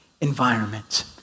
environment